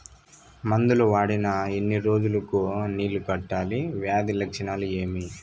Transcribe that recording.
మందులు వాడిన ఎన్ని రోజులు కు నీళ్ళు కట్టాలి, వ్యాధి లక్షణాలు ఏమి?